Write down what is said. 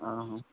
ᱚ